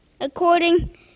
According